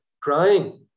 crying